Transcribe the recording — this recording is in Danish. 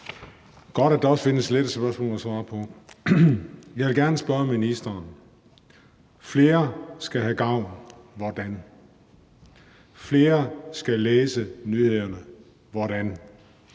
Godt, at der også findes lette spørgsmål at svare på. Jeg vil gerne spørge ministeren om det her med, at flere skal have gavn, hvordan? Flere skal læse nyhederne, hvordan?